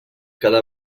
cada